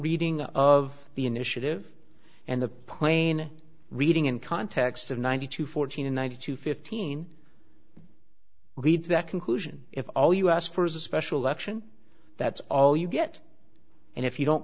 reading of the initiative and the plain reading in context of ninety two fourteen one thousand fifteen lead to that conclusion if all us for is a special election that's all you get and if you don't